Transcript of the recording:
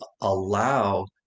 allow